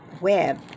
web